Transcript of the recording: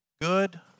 Good